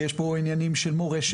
ויש פה עניינים של מורשת,